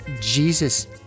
Jesus